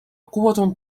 قوة